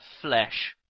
flesh